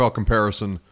comparison